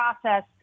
process